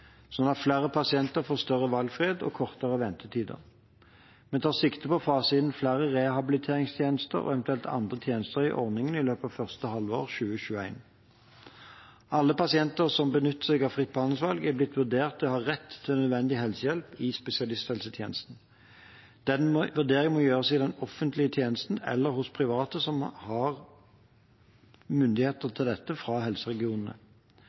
at flere pasienter får større valgfrihet og kortere ventetider. Vi tar sikte på å fase inn flere rehabiliteringstjenester og eventuelt andre tjenester i ordningen i løpet av første halvår 2021. Alle pasienter som benytter seg av fritt behandlingsvalg, er blitt vurdert til å ha rett til nødvendig helsehjelp i spesialisthelsetjenesten. Den vurderingen må gjøres i den offentlige tjenesten eller hos private som har myndighet til dette fra helseregionene.